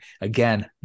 again